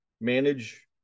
manage